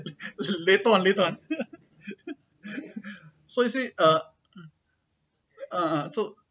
later on later on so he say uh uh uh so